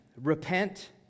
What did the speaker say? Repent